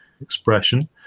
expression